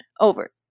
Over